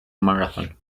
marathon